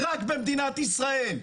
רק במדינת ישראל.